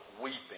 weeping